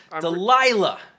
Delilah